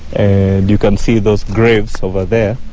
and you can see those graves over there,